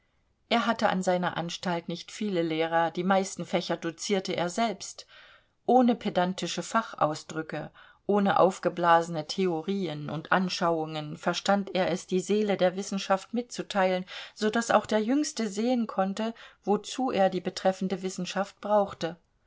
er hatte an seiner anstalt nicht viele lehrer die meisten fächer dozierte er selbst ohne pedantische fachausdrücke ohne aufgeblasene theorien und anschauungen verstand er es die seele der wissenschaft mitzuteilen so daß auch der jüngste sehen konnte wozu er die betreffende wissenschaft brauchte